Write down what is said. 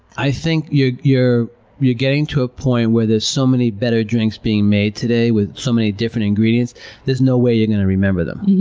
i think you're you're getting to a point where there's so many better drinks being made today with so many different ingredients there's no way you're going to remember them.